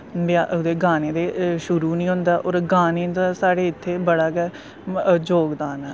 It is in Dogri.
ब्याह् ओह्दे गाने दे शुरु गै नी होंदा और गाने दा साढ़े इत्थें बड़ा गै जोगदान ऐ